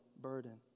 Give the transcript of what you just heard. burden